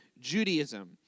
Judaism